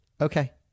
Okay